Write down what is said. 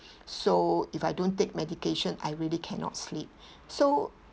so if I don't take medication I really cannot sleep so